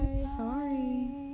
Sorry